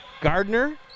Gardner